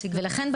ולכן,